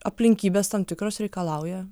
aplinkybės tam tikros reikalauja